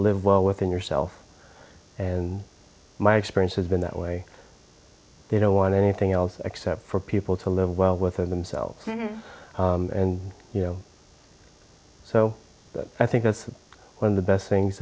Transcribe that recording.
live well within yourself and my experience has been that way they don't want anything else except for people to live well within themselves and you know so i think that's when the best things